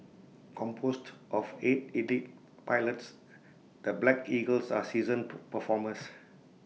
composed of eight elite pilots the black eagles are seasoned performers